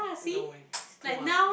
no it's too much